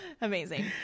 Amazing